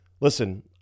listen